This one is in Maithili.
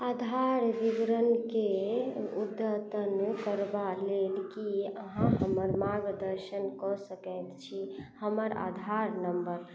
आधार विवरणके उद्यतन करबा लेल की अहाँ हमर मार्गदर्शन कऽ सकैत छी हमर आधार नम्बर